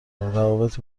روابط